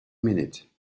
minute